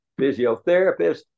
physiotherapists